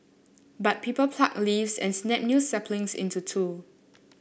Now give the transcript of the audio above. but people pluck leaves and snap new saplings into two